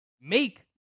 make